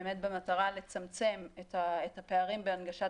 באמת במטרה לצמצם את הפערים בהנגשת